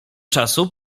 czasu